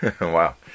Wow